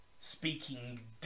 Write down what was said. speaking